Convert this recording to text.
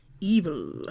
evil